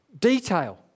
detail